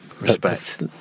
Respect